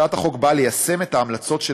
הצעת החוק באה ליישם את ההמלצות של